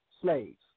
Slaves